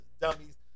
dummies